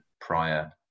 prior